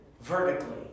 vertically